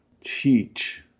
teach